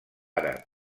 àrab